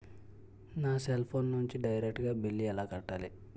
నా cell phone నుంచి direct గా బిల్లు ఎలా కట్టాలి?